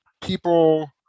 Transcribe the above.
people